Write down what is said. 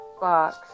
box